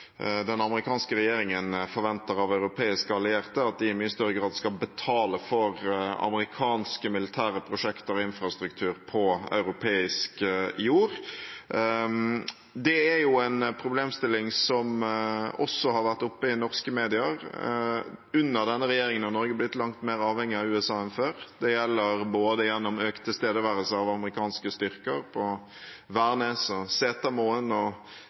den amerikanske regjeringen forventer av europeiske allierte at de i mye større grad skal betale for amerikanske militære prosjekter og infrastruktur på europeisk jord. Det er en problemstilling som også har vært oppe i norske medier. Under denne regjeringen har Norge blitt langt mer avhengig av USA enn før. Det gjelder både gjennom økt tilstedeværelse av amerikanske styrker på Værnes, Setermoen og ellers, og